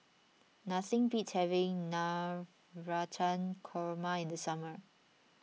nothing beats having Navratan Korma in the summer